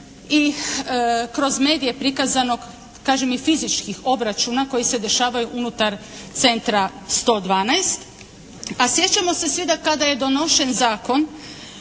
i kroz medije prikazanog, kažem i fizičkih obračuna koji se dešavaju unutar Centra 112, a sjećamo se svi da kada je donošen Zakon